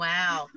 Wow